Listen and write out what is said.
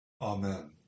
Amen